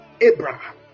Abraham